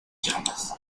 llamas